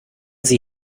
sie